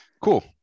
Cool